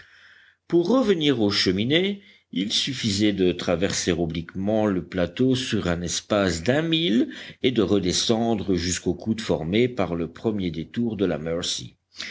pour revenir aux cheminées il suffisait de traverser obliquement le plateau sur un espace d'un mille et de redescendre jusqu'au coude formé par le premier détour de la mercy